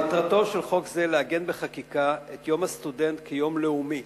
מטרתו של החוק לעגן בחקיקה את יום הסטודנט כיום לאומי,